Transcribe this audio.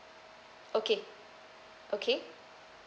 okay okay